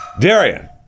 Darian